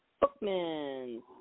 bookman